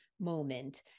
moment